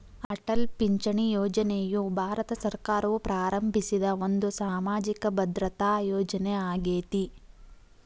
ಅಟಲ್ ಪಿಂಚಣಿ ಯೋಜನೆಯು ಭಾರತ ಸರ್ಕಾರವು ಪ್ರಾರಂಭಿಸಿದ ಒಂದು ಸಾಮಾಜಿಕ ಭದ್ರತಾ ಯೋಜನೆ ಆಗೇತಿ